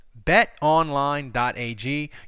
BetOnline.ag